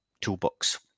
toolbox